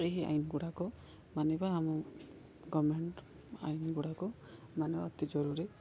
ଏହି ଆଇନ ଗୁଡ଼ାକ ମାନିବା ଆମ ଗଭର୍ଣ୍ଣମେଣ୍ଟ୍ ଆଇନ ଗୁଡ଼ାକୁ ମାନିବା ଅତି ଜରୁରୀ